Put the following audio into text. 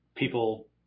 People